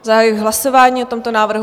Zahajuji hlasování o tomto návrhu.